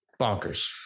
bonkers